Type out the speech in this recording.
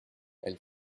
elle